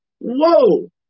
Whoa